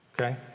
okay